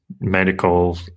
medical